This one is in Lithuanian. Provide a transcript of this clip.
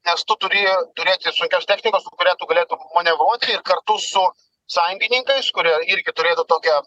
nes tu turi turėti sunkios technikos su kuria galėtum manevruoti ir kartu su sąjungininkais kurie irgi turėtų tokią